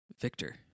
Victor